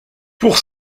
pour